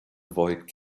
avoid